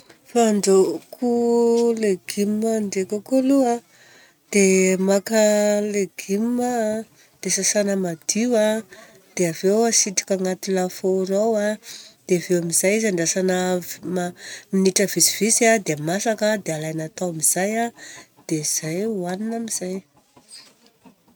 Fandrahoako legioma ndreka koa aloha dia maka legioma a, dia sasana madio a. Dia avy eo asitrika agnaty lafaoro ao a. Dia avy eo amizay izy andrasana minitra vitsivitsy a. Dia masaka dia alaina tao amizay a. Dia izay ohanina amizay.